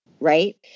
right